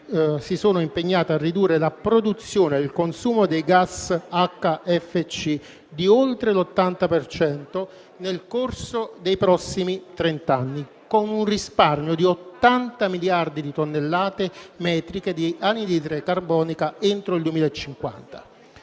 si sono impegnate a ridurre la produzione e il consumo dei gas HFC di oltre l'80 per cento nel corso dei prossimi trenta anni, con un risparmio di 80 miliardi di tonnellate metriche di anidride carbonica entro il 2050.